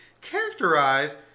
Characterized